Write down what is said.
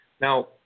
Now